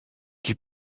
qui